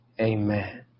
Amen